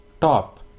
top